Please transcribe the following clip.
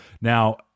Now